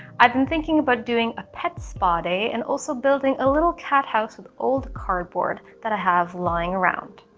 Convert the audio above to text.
i've been thinking about doing a pet spa day and also building a little cat house with old cardboard that i have lying around.